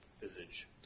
visage